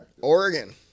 Oregon